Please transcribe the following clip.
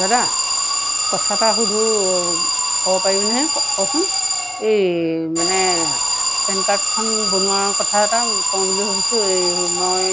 দাদা কথা এটা সুধো ক'ব পাৰিব নহয় কচোন এই মানে পেন কাৰ্ডখন বনোৱাৰ কথা এটা কওঁ বুলি ভাবিছোঁ এই মই